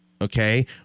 Okay